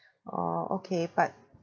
orh okay but